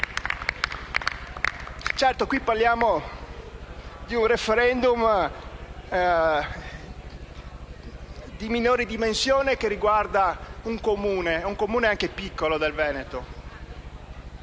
questo caso parliamo di un*referendum* di minori dimensioni, che riguarda un Comune, anche piccolo, del Veneto.